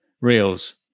Reels